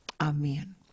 Amen